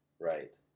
Right